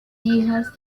hijas